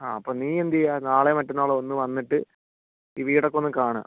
ആ അപ്പം നീ എന്ത് ചെയ്യുക നാളെ മറ്റന്നാളോ ഒന്ന് വന്നിട്ട് ഈ വീടൊക്കെ ഒന്ന് കാണുക